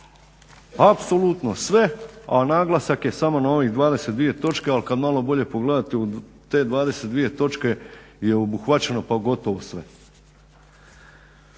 apsolutno sve, a naglasak je samo na onih 22 točke, ali kad malo bolje pogledate u te 22 točke je obuhvaćeno pa gotovo sve.